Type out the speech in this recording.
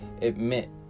admit